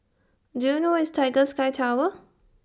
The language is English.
Do YOU know Where IS Tiger Sky Tower